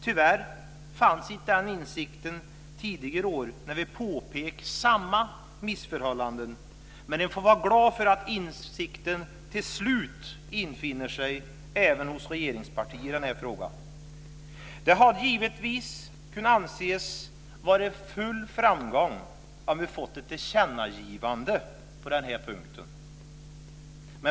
Tyvärr fanns inte den insikten tidigare år när vi påpekade samma missförhållanden. Man får vara glad för att insikten till slut infinner sig även hos regeringspartiet i den här frågan. Det hade givetvis kunnat anses vara en full framgång om vi hade fått ett tillkännagivande på den här punkten.